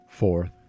fourth